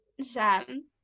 Sam